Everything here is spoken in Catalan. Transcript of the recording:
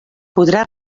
podrà